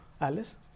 Alice